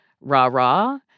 rah-rah